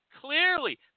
clearly